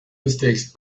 mistakes